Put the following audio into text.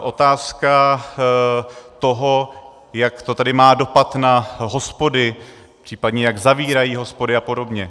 Otázka toho, jak to tedy má dopad na hospody, případně jak zavírají hospody a podobně.